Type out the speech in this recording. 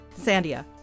Sandia